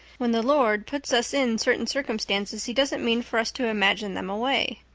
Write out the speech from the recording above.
when the lord puts us in certain circumstances he doesn't mean for us to imagine them away.